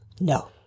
No